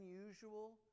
unusual